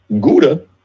Gouda